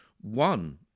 One